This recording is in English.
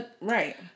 right